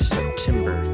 September